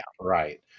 Right